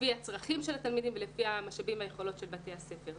לפי הצרכים של התלמידים ולפי המשאבים והיכולות של בתי הספר.